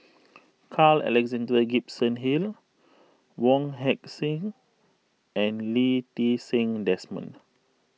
Carl Alexander Gibson Hill Wong Heck Sing and Lee Ti Seng Desmond